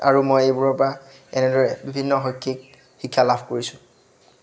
আৰু মই এইবোৰৰপৰা এনেদৰে বিভিন্ন শৈক্ষিক শিক্ষা লাভ কৰিছোঁ